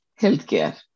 healthcare